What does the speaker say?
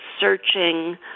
searching